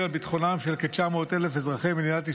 לביטחונם של כ-900,000 אזרחי מדינת ישראל.